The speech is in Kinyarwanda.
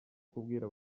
kubwira